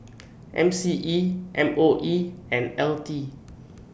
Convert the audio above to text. M C E M O E and L T